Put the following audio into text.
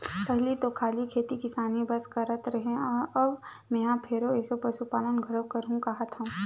पहिली तो खाली खेती किसानी बस करत रेहे हँव मेंहा फेर एसो पसुपालन घलोक करहूं काहत हंव